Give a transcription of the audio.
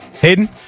Hayden